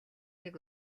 нэг